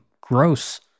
gross